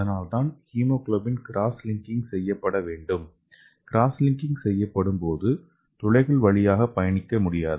அதனால்தான் haemoglobin cross linking செய்யப்பட வேண்டும் கிராஸ் லின்க்கிங் செய்யப்படும்போது துளைகள் வழியாக பயணிக்க முடியாது